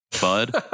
Bud